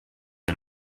and